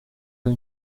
pas